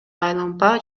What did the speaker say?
айлампа